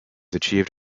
achieved